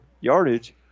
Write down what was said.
yardage